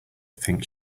think